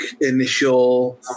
initial